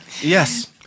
Yes